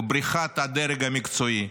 בריחת הדרג המקצועי.